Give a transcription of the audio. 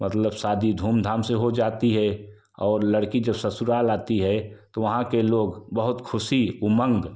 मतलब शादी धूम धाम से हो जाती है और लड़की जब ससुराल आती है तो वहाँ के लोग बहुत खुशी उमंग